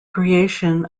creation